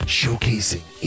showcasing